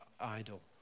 idol